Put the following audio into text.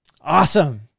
Awesome